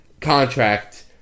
contract